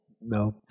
no